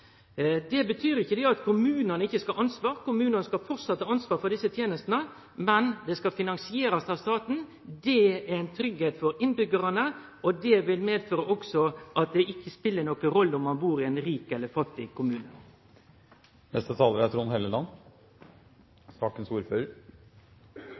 Det betyr ikkje at kommunane ikkje skal ha ansvar. Kommunane skal framleis ha ansvaret for desse tenestene, men dei skal finansierast av staten. Det er ein tryggleik for innbyggjarane, og det vil også medføre at det spelar inga rolle om ein bur i ein rik kommune eller i ein fattig kommune.